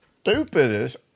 stupidest